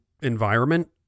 environment